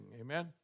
amen